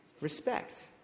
respect